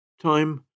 Time